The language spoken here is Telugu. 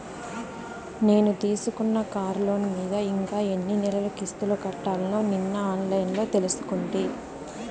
నేను తీసుకున్న కార్లోను మీద ఇంకా ఎన్ని నెలలు కిస్తులు కట్టాల్నో నిన్న ఆన్లైన్లో తెలుసుకుంటి